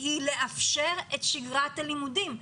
היא לאפשר את שגרת הלימודים.